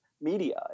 media